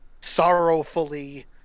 sorrowfully